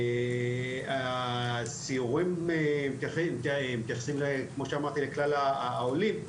הסיורים מתייחסים כמו שאמרתי לכלל העולים,